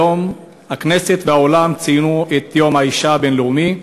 היום הכנסת והעולם ציינו את יום האישה הבין-לאומי.